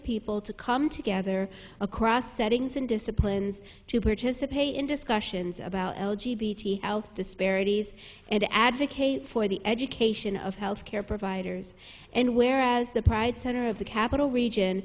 people to come together across settings and disciplines to participate in discussions about disparities and to advocate for the education of healthcare providers and whereas the pride center of the capital region